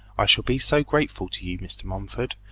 i shall be so grateful to you, mr. mumford.